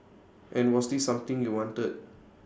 and was this something you wanted